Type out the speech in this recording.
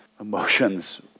emotions